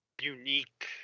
unique